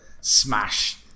smash